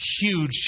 Huge